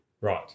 right